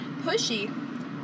Pushy